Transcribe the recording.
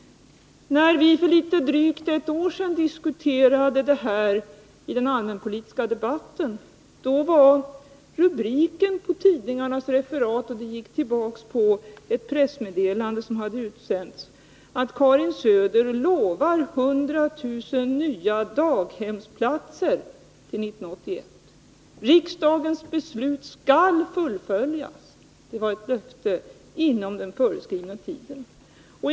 När vi för drygt ett år sedan diskuterade den här frågan i den allmänpolitiska debatten var rubriken på tidningarnas referat — och den gick tillbaka på ett pressmeddelande som hade utsänts — att ”Karin Söder lovar 100 000 nya daghemsplatser till 1981. Riksdagens beslut skall fullföljas inom den föreskrivna tiden.” — Det var alltså ett löfte.